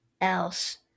else